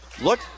Look